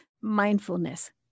Mindfulness